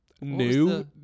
New